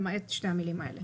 למעט שתי המילים האלה.